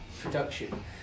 production